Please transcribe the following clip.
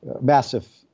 massive